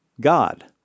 God